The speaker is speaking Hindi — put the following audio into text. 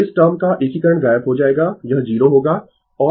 तो इस टर्म का एकीकरण गायब हो जाएगा यह 0 होगा